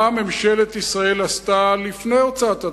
מה ממשלת ישראל עשתה לפני הוצאת הדוח?